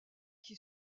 qui